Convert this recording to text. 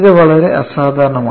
ഇത് വളരെ അസാധാരണമാണ്